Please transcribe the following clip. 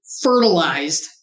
fertilized